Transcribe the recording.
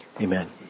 Amen